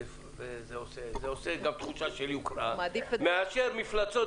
- זה נותן גם תחושה של יוקרה - מאשר מפלצות